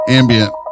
ambient